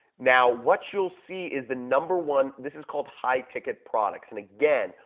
now what you'll see is the number one this is called high ticket products and again,